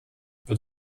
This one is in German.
wird